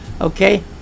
Okay